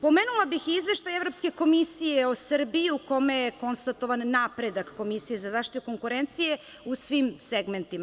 Pomenula bih i Izveštaj Evropske komisije o Srbiji, u kome je konstatovan napredak Komisije za zaštitu konkurencije u svim segmentima.